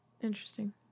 Interesting